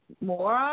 more